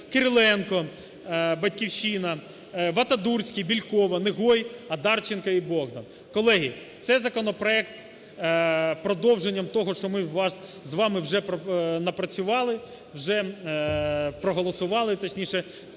Кириленко ("Батьківщина"), Вадатурський, Бєлькова, Негой, Одарченко і Богдан. Колеги, це законопроект продовженням того, що ми з вами вже напрацювали, вже